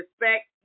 respect